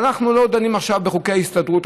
אבל אנחנו לא דנים עכשיו בחוקי ההסתדרות.